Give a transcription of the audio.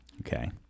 Okay